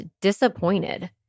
disappointed